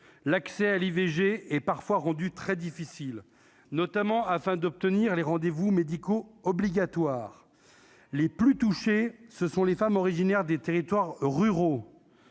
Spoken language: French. l'accès à l'IVG et parfois rendues très difficiles, notamment afin d'obtenir les rendez-vous médicaux obligatoires les plus touchés, ce sont les femmes originaires des territoires ruraux,